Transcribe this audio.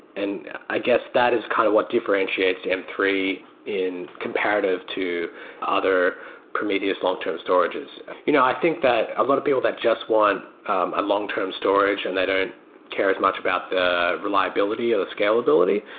and i guess, that is kind of what differentiates m three in comparative to other prometheus long-term storages you know i think that a lot of people that just want a long-term storage and they don't care as much about the reliability, or the scalability,